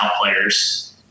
players